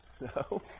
No